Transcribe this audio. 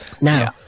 Now